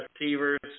receivers